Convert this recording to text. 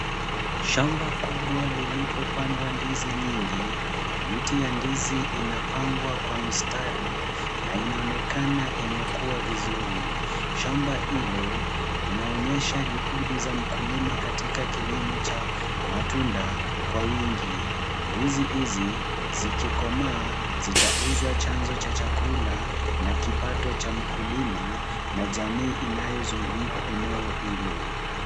Shamba kubwa lilipo pandwa ndizi nyingi, miti ya ndizi ina pangwa kwa mistari na inaonekana imekua vizuri. Shamba hilo linaonyesha juhudi za mkulima katika kilimo cha matunda kwa wingi. Ndizi hizi zikikomaa zitauzwa chanzo cha chakula na kipato cha mkulima na jamii inayozunguka eneo hilo.